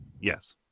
Yes